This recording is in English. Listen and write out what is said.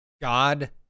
God